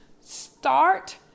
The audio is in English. start